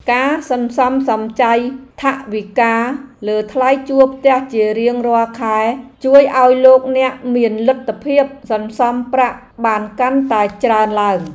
ការសន្សំសំចៃថវិកាលើថ្លៃជួលផ្ទះជារៀងរាល់ខែជួយឱ្យលោកអ្នកមានលទ្ធភាពសន្សំប្រាក់បានកាន់តែច្រើនឡើង។